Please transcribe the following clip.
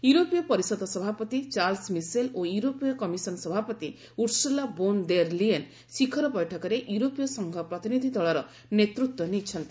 ୟୁରୋପୀୟ ପରିଷଦ ସଭାପତି ଚାର୍ଲସ୍ ମିସେଲ୍ ଓ ୟୁରୋପୀୟ କମିଶନ ସଭାପତି ଉର୍ସୁଲା ବୋନ୍ ଦେର୍ ଲିୟେନ୍ ଶିଖର ବୈଠକରେ ୟୁରୋପୀୟ ସଂଘ ପ୍ରତିନିଧି ଦଳର ନେତୃତ୍ୱ ନେଇଛନ୍ତି